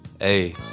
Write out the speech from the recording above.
Hey